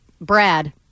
Brad